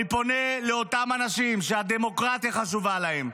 אני פונה לאותם אנשים שהדמוקרטיה חשובה להם,